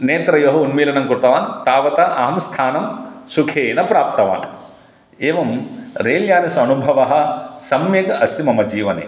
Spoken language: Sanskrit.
नेत्रयोः उन्मीलनं कृतवान् तावता अहं स्थानं सुखेन प्राप्तवान् एवं रेल्यानस्य अनुभवः सम्यग् अस्ति मम जीवने